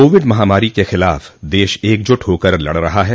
Covid महामारी के खिलाफ देश एकजुट होकर लड़ रहा है